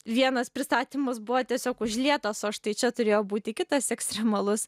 vienas pristatymas buvo tiesiog užlietas o štai čia turėjo būti kitas ekstremalus